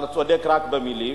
אבל צודק רק במלים.